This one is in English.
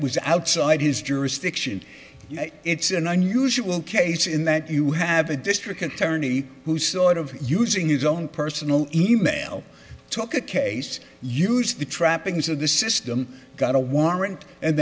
was outside his jurisdiction it's an unusual case in that you have a district attorney who sort of using his own personal e mail took a case used the trappings of the system got a warrant and